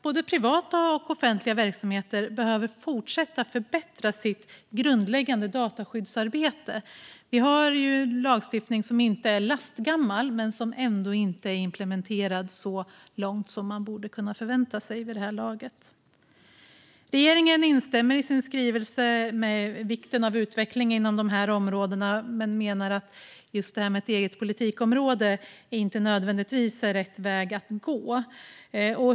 Både privata och offentliga verksamheter behöver fortsätta att förbättra sitt grundläggande dataskyddsarbete. Det finns lagstiftning som inte är lastgammal men som ändå inte är implementerad så långt som kan förvänta sig. Regeringen instämmer i skrivelsen om vikten av utveckling inom områdena, men man menar att ett eget politikområde inte nödvändigtvis är rätt väg att gå.